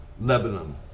Lebanon